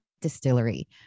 Distillery